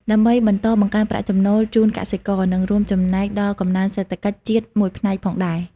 ដើម្បីបន្តបង្កើនប្រាក់ចំណូលជូនកសិករ និងរួមចំណែកដល់កំណើនសេដ្ឋកិច្ចជាតិមួយផ្នែកផងដែរ។